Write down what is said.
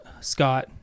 Scott